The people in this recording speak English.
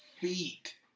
feet